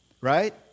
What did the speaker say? right